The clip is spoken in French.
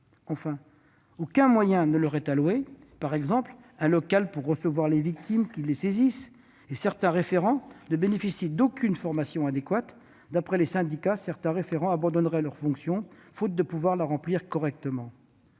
« Aucun moyen, par exemple un local pour recevoir les victimes qui les saisissent, ne leur est alloué, et certains référents ne bénéficient d'aucune formation adéquate. D'après les syndicats, certains référents abandonneraient leur fonction, faute de pouvoir l'exercer correctement.